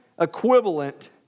equivalent